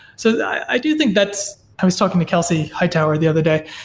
so i do think that's i was talking to kelsey hightower the other day.